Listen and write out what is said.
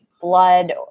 blood